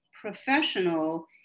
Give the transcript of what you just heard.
professional